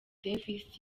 davis